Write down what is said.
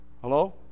hello